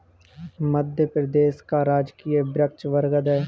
मध्य प्रदेश का राजकीय वृक्ष बरगद है